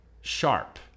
sharp